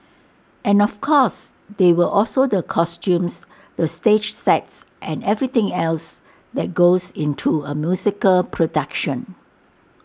and of course there were also the costumes the stage sets and everything else that goes into A musical production